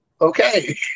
okay